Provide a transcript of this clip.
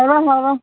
ꯍꯧꯔꯣ ꯍꯧꯔꯣ